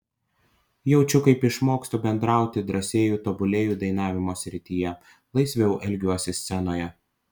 jaučiu kaip išmokstu bendrauti drąsėju tobulėju dainavimo srityje laisviau elgiuosi scenoje